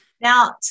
Now